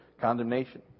condemnation